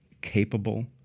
capable